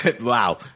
wow